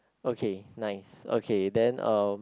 okay nice okay then um